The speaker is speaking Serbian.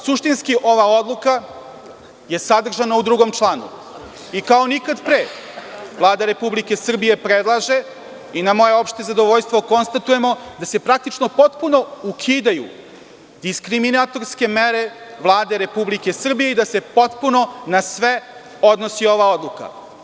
Suštinski ova odluka je sadržana u drugom članu i kao nikada pre Vlada RS predlaže, i na moje opšte zadovljstvo, konstatujemo da se praktično potpuno ukidaju diskriminatorske mere Vlade RS i da se potpuno na sve odnosi ova odluka.